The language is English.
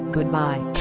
Goodbye